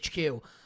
HQ